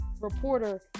reporter